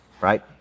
right